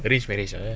arrange marriage ah